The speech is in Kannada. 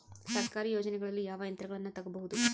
ಸರ್ಕಾರಿ ಯೋಜನೆಗಳಲ್ಲಿ ಯಾವ ಯಂತ್ರಗಳನ್ನ ತಗಬಹುದು?